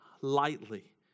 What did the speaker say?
lightly